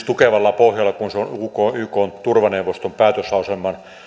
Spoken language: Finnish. tukevalla pohjalla kun se on ykn turvaneuvoston päätöslauselman